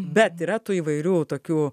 bet yra tų įvairių tokių